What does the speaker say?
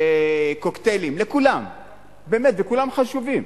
לקוקטיילים, לכולם, באמת, וכולם חשובים.